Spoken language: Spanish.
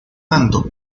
tanto